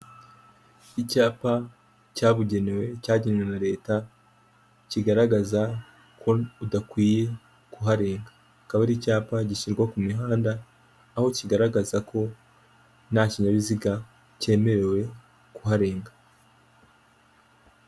Hoteri nini iri mu bwoko bwa etaje igeretse gatatu yanditseho giriti apatimenti hoteri ivuze ko ari hoteri nziza irimo amacumbi akodeshwa.